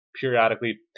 Periodically